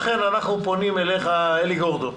לכן אנחנו פונים אליך, אלי גורדון.